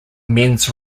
mens